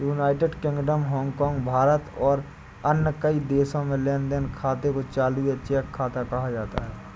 United Kingdom, Hong, भारत और कई अन्य देशों में लेन देन खाते को चालू या चेक खाता कहा जाता है